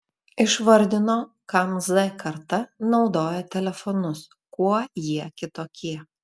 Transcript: išvardino kam z karta naudoja telefonus kuo jie kitokie